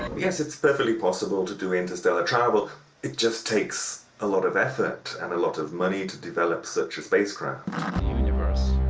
yes, it's very possible to do interstellar travel it just takes a lot of effort and a lot of money to develop such a spacecraft universe